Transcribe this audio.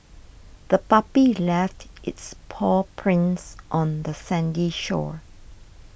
the puppy left its paw prints on the sandy shore